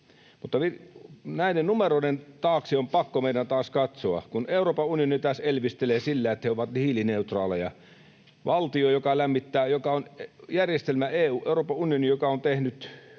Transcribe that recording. mutta näiden numeroiden taakse on pakko meidän taas katsoa. Kun Euroopan unioni taas elvistelee sillä, että he ovat hiilineutraaleja — Euroopan unioni eli järjestelmä, joka on tehnyt